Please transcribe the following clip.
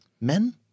Men